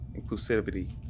inclusivity